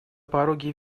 пороге